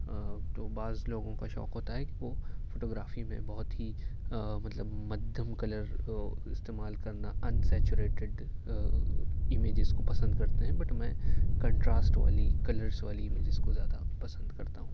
تو بعض لوگوں کا شوق ہوتا ہے کہ وہ فوٹو گرافی میں بہت ہی مطلب مدھم کلر استعمال کرنا انسیچوریٹڈ امیجز کو پسند کرتے ہیں بٹ میں کنٹراسٹ والی کلرس والی امیجز کو زیادہ پسند کرتا ہوں